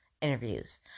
interviews